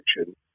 action